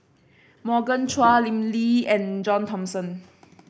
Morgan Chua Lim Lee and John Thomson